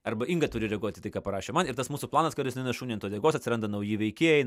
arba inga turi reaguoti į tai ką parašė man ir tas mūsų planas kuris nenueina šuniui ant uodegos atsiranda nauji veikėjai